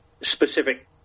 specific